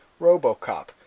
Robocop